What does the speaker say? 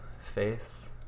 faith